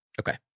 Okay